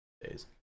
days